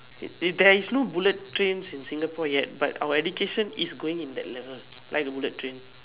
there is not bullet trains in Singapore yet but our education is going in that level like a bullet train